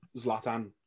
Zlatan